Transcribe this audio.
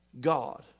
God